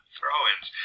Throw-ins